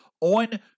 on